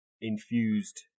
infused